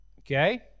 okay